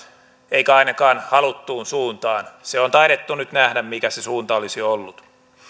eikä ainakaan haluttuun suuntaan se on taidettu nyt nähdä mikä se suunta olisi ollut